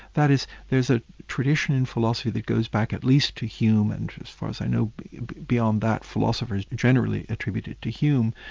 that is, there's a tradition in philosophy that goes back at least to hume, and as far as i know beyond that, philosophers generally attribute it to hume,